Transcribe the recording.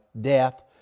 death